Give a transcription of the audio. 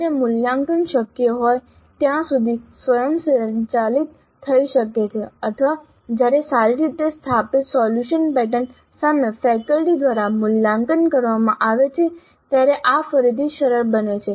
જ્યારે મૂલ્યાંકન શક્ય હોય ત્યાં સુધી સ્વયંસંચાલિત થઈ શકે છે અથવા જ્યારે સારી રીતે સ્થાપિત સોલ્યુશન પેટર્ન સામે ફેકલ્ટી દ્વારા મૂલ્યાંકન કરવામાં આવે છે ત્યારે આ ફરીથી સરળ બને છે